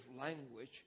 language